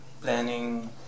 planning